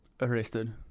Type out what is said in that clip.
Arrested